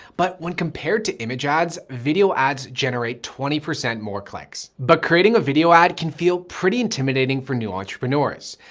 but when compared to image ads, video ads generate twenty percent more clicks, but creating a video ad can feel pretty intimidating for new entrepreneurs.